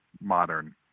modern